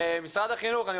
משרד החינוך, אני